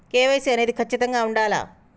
KYC అనేది ఖచ్చితంగా ఉండాలా?